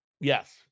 Yes